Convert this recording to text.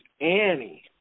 Annie